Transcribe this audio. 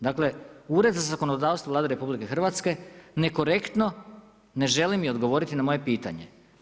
Dakle Ured za zakonodavstvo Vlade RH nekorektno ne želi mi odgovoriti na moje pitanje.